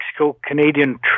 Mexico-Canadian